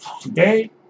Today